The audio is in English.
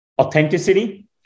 Authenticity